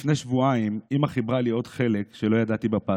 לפני שבועיים אימא חיברה לי עוד חלק של הפאזל,